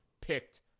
picked